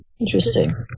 Interesting